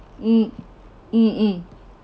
mm mm mm